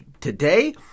today